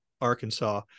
Arkansas